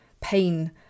pain